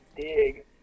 dig